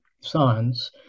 science